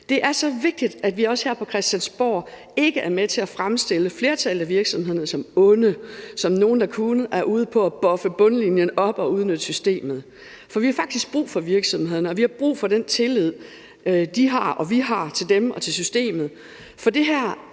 Det er så vigtigt, at vi her på Christiansborg ikke er med til at fremstille flertallet af virksomheder som onde, som nogle, der kun er ude på at buffe bundlinjen op og udnytte systemet, for vi har faktisk brug for virksomhederne, og vi har brug for den tillid, som de har, og som vi har til dem og til systemet.